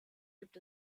gibt